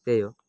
त्यही हो